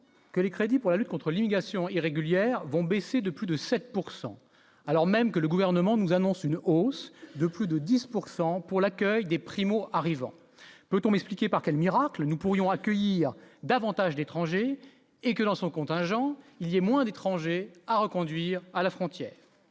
que les crédits pour la lutte contre l'immigration irrégulière vont baisser de plus de 7 pourcent alors même que le gouvernement nous annonce une hausse de plus de 10 pourcent pour l'accueil des primo-arrivants, peut-on m'expliquer par quel miracle, nous pourrions accueillir davantage d'étrangers et que, dans son contingent, il y a moins d'étrangers à reconduire à la frontière.